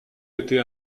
été